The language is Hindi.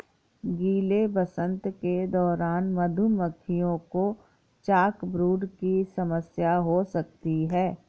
गीले वसंत के दौरान मधुमक्खियों को चॉकब्रूड की समस्या हो सकती है